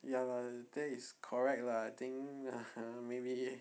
ya lah that is correct lah I think (uh huh) maybe